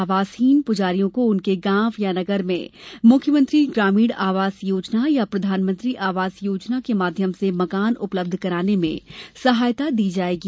आवासहीन पुजारियों को उनके गांव या नगर में मुख्यमंत्री ग्रामीण आवास योजना या प्रधानमंत्री आवास योजना के माध्यम से मकान उपलब्ध कराने में सहायता दी जायेगी